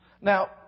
Now